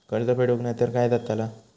कर्ज फेडूक नाय तर काय जाताला?